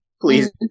please